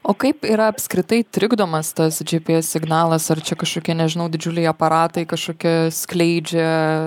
o kaip yra apskritai trikdomas tas gps signalas ar čia kažkokie nežinau didžiuliai aparatai kažkokie skleidžia